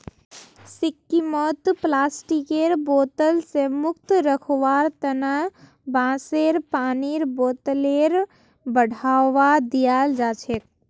सिक्किमत प्लास्टिकेर बोतल स मुक्त रखवार तना बांसेर पानीर बोतलेर बढ़ावा दियाल जाछेक